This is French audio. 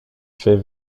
fait